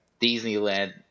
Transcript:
Disneyland